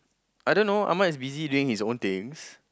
I don't know Ahmad is busy doing his own things